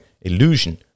illusion